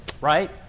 right